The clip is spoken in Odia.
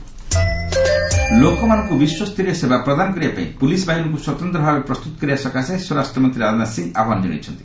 ରାଜନାଥ ଆଇପିଏସ୍ ଲୋକମାନଙ୍କୁ ବିଶ୍ୱସ୍ତରୀୟ ସେବା ପ୍ରଦାନ କରିବା ପାଇଁ ପୁଲିସ୍ ବାହିନୀକୁ ସ୍ୱତନ୍ତଭାବେ ପ୍ରସ୍ତୁତ କରିବା ସକାଶେ ସ୍ୱରାଷ୍ଟ୍ରମନ୍ତ୍ରୀ ରାଜନାଥ ସିଂହ ଆହ୍ୱାନ କଣାଇଛନ୍ତି